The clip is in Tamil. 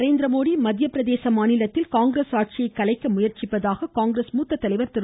நரேந்திரமோடி மத்திய பிரதேஷ் மாநிலத்தில் காங்கிரஸ் ஆட்சியை கலைக்க முயற்சிப்பதாக காங்கிரஸ் மூத்த தலைவர் திரு